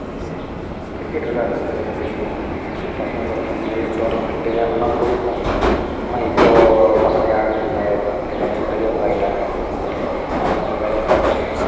எனக்கு கிரிக்கெட் விளையாட்றது ரொம்பப் பிடிக்கும் பசங்கள் கூட சேர்ந்து டோர்னமெண்ட்டு அது மாதிரிலாம் போயிருக்கோம் ஆனால் இப்போ பசங்கள் யாரும் இல்லை ஒவ்வொருத் எல்லாமே பெரியவங்க ஆயிட்டாங்க அவுங்கவங்க வேலையை பார்த்துட்டு